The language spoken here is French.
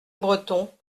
breton